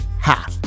Ha